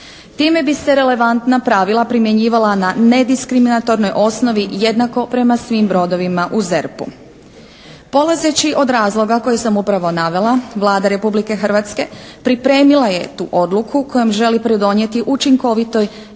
Time bi se relevantna pravila primjenjivala na nediskriminatornoj osnovi jednako prema svim brodovima u ZERP-u. Polazeći od razloga koje sam upravo navela, Vlada Republike Hrvatske pripremila je tu odluku kojom želi pridonijeti učinkovitoj